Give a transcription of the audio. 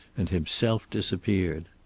and himself disappeared.